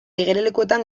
igerilekuetan